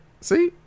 See